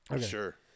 sure